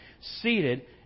seated